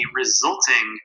resulting